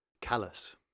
Callous